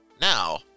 Now